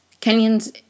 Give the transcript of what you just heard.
Kenyan's